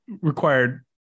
required